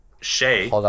Shay